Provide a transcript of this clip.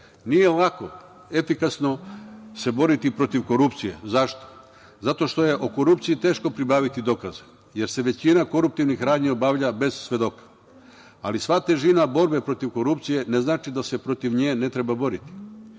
lako efikasno se boriti protiv korupcije. Zašto? Zato što je o korupciji teško pribaviti dokaze, jer se većina koruptivnih radnji obavlja bez svedoka. Sva težina borbe protiv korupcije ne znači da se protiv nje ne treba boriti.